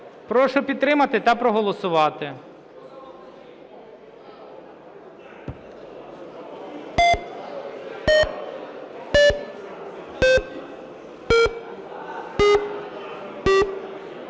Прошу підтримати та проголосувати.